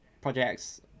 projects